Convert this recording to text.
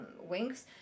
wings